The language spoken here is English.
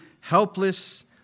helpless